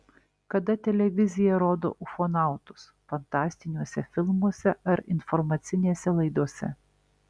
kada televizija rodo ufonautus fantastiniuose filmuose ar informacinėse laidose